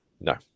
No